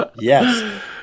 yes